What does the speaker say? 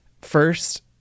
first